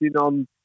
on